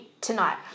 tonight